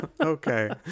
Okay